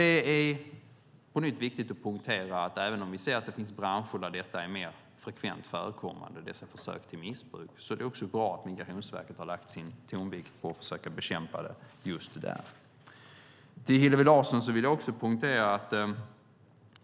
Det är på nytt viktigt att poängtera att även om vi ser att det finns branscher där dessa försök till missbruk är mer frekvent förekommande är det bra att Migrationsverket har lagt tonvikt på att försöka bekämpa det just där. Hillevi Larsson!